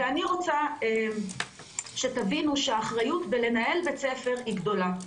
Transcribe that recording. אני רוצה שתבינו שאחריות בלנהל בית ספר היא גדולה.